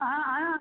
ஆ ஆ